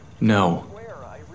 No